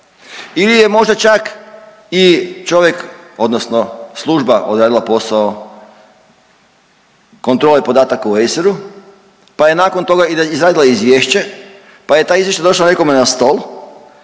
ili je možda čak i čovjek odnosno služba odradila posao kontrole podataka u ESER-u, pa je nakon toga izradila izvješće, pa je taj izvještaj došao nekome na stol